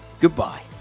Goodbye